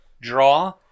draw